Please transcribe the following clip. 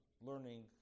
learning